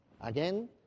Again